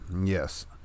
Yes